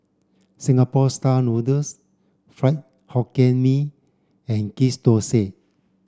Singapore style noodles Fried Hokkien Mee and Ghee Thosai